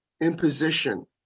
imposition